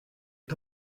est